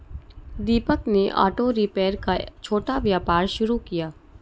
दीपक ने auto repair का छोटा व्यापार शुरू किया